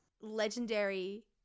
legendary